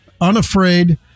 Unafraid